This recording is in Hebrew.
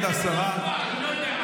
לי?